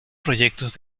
proyectos